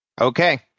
Okay